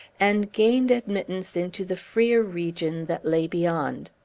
and gained admittance into the freer region that lay beyond.